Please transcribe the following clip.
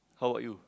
how about you